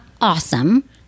awesome